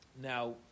Now